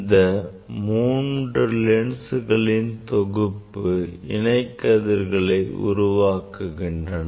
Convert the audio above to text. இந்த மூன்று லென்சுகளின் தொகுப்பு இணை கதிர்களை உருவாக்குகின்றன